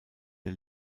der